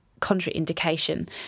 contraindication